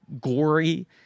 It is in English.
gory